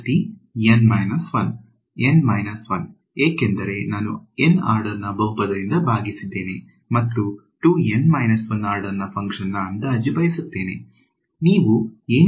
N 1 ಏಕೆಂದರೆ ನಾನು N order ನ ಬಹುಪದದಿಂದ ಭಾಗಿಸಿದ್ದೇನೆ ಮತ್ತು 2 N 1 ಆರ್ಡರ್ ಫಂಕ್ಷನ್ ನ ಅಂದಾಜು ಬಯಸುತ್ತೇನೆ